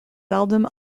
seldom